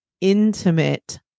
intimate